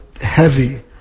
heavy